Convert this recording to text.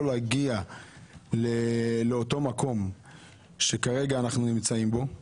להגיע לאותו מקום שכרגע אנחנו נמצאים בו.